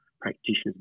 practitioners